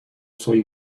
soy